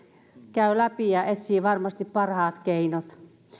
käy läpi ja etsii varmasti parhaat keinot